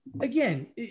again